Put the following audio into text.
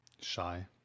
shy